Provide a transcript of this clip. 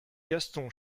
gaston